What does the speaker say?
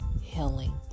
healing